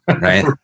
Right